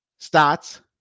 stats